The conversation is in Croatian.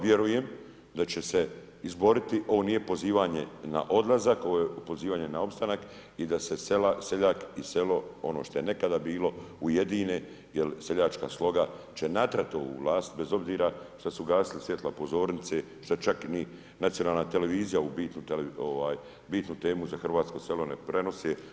Vjerujem da će se izboriti, ovo nije pozivanje na odlazak, ovo je pozivanje na opstanak i da se seljak i selo ono što je nekada bilo ujedine jel seljačka sloga će natrat ovu vlast bez obzira šta su se ugasila svjetla pozornice, pa čak ni nacionalna televizija ovu bitnu temu za hrvatsko selo ne prenose.